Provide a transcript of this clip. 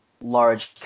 large